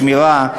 או בשמירה,